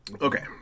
Okay